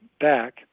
back